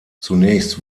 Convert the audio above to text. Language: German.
zunächst